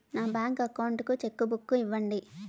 నా bank account కు cheque book ఇవ్వండి